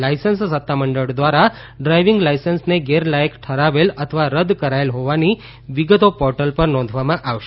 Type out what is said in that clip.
licence સત્તામંડળ દ્વારા driving લાયસન્સને ગેરલાયક ઠરાવેલ અથવા રદ કરાયેલ હોવાની વિગતો પોર્ટલ પર નોંધવામાં આવશે